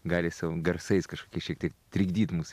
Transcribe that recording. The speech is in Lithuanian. gali su garsais kažkokiais šiek tiek trikdyt mus